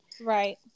Right